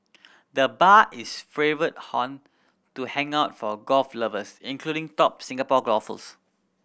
the bar is favourite haunt to hang out for golf lovers including top Singapore golfers